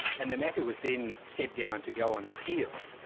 and the matter was then set down to go on appeal,